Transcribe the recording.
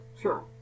sure